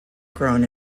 grown